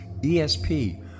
ESP